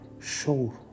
show